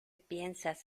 piensas